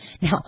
Now